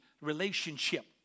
relationship